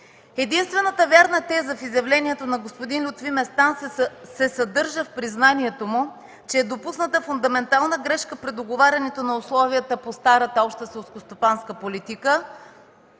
Единствената вярна теза в изявлението на господин Лютви Местан се съдържа в признанието му, че е допусната фундаментална грешка при договарянето на условията по старата Обща селскостопанска политика,